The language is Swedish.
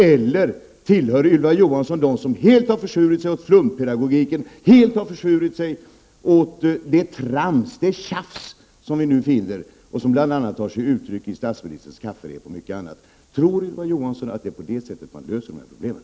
Eller tillhör Ylva Johansson dem som helt har försvurit sig åt flumpedagogiken, helt har försvurit sig åt det trams, det tjafs som vi nu finner och som tar sig uttryck i statsministerns kafferep och mycket annat? Tror Ylva Johansson att det är på det sättet man löser de här problemen?